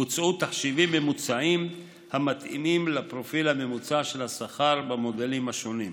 בוצעו תחשיבים אישיים המתאימים לפרופיל הממוצע של השכר במודלים השונים.